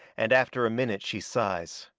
and after a minute she sighs.